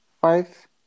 five